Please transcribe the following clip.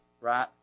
right